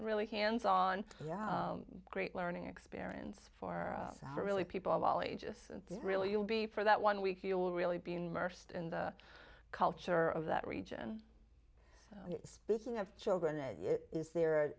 really hands on a great learning experience for really people of all ages and really you'll be for that one week you'll really be immersed in the culture of that region speaking have children it is there